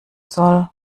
soll